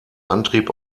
antrieb